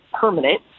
permanent